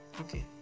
Okay